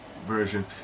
version